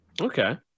Okay